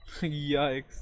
yikes